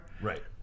Right